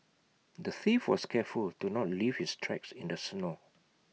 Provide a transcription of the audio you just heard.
the thief was careful to not leave his tracks in the snow